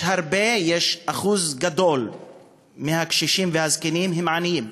אחוז גדול מהקשישים והזקנים הם עניים,